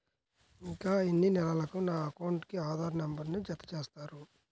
ఇంకా ఎన్ని నెలలక నా అకౌంట్కు ఆధార్ నంబర్ను జత చేస్తారు?